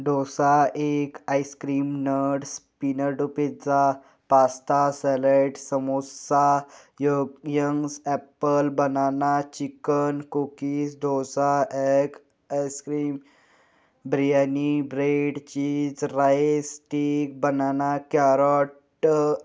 डोसा एक ice cream nuts पीनॅडो pizza pasta salad samosa यग यंग्स apple banana chicken cookies dosa एक ice cream biryani bread cheese rice stick banana carrot